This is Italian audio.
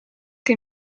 che